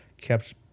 kept